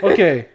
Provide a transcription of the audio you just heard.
Okay